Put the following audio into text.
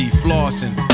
flossing